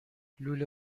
لوله